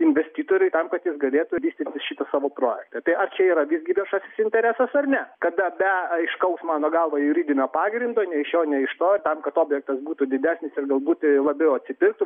investitoriui tam kad jis galėtų vystyti šitą savo projektą čia ar yra visgi viešasis interesas ar ne kada be aiškaus mano galva juridinio pagrindo nei iš šio nei iš to tam kad objektas būtų didesnis ir gal būt labiau atitiktų